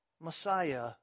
Messiah